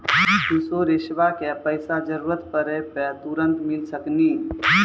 इंश्योरेंसबा के पैसा जरूरत पड़े पे तुरंत मिल सकनी?